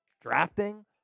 drafting